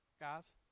Guys